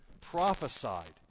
prophesied